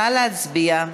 נא להצביע.